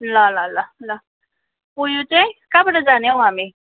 ल ल ल ल उ यहाँ चाहिँ कहाँबाट जाने हौ हामी